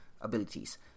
abilities